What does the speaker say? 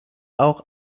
auch